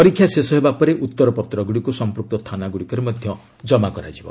ପରୀକ୍ଷା ଶେଷ ହେବା ପରେ ଉତ୍ତର ପତ୍ରଗୁଡ଼ିକୁ ସମ୍ପୁକ୍ତ ଥାନାଗୁଡ଼ିକରେ ଜମା କରାଯିବ